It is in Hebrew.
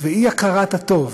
ואי-הכרת הטוב.